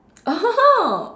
oh